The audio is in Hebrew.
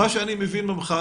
מה שאני מבין ממך,